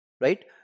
Right